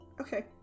Okay